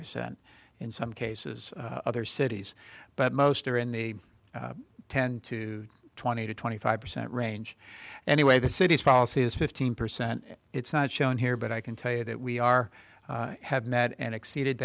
percent in some cases other cities but most are in the ten to twenty to twenty five percent range anyway the city's policy is fifteen percent it's not shown here but i can tell you that we are have met and exceeded